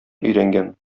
өйрәнгән